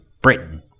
Britain